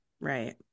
Right